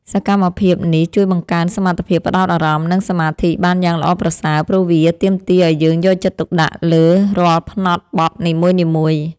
សកម្មភាពនេះជួយបង្កើនសមត្ថភាពផ្ដោតអារម្មណ៍ និងសមាធិបានយ៉ាងល្អប្រសើរ ព្រោះវាទាមទារឱ្យយើងយកចិត្តទុកដាក់លើរាល់ផ្នត់បត់នីមួយៗ។